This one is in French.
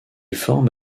forme